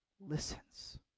listens